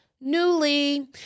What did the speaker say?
Newly